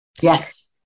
Yes